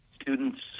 Students